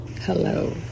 hello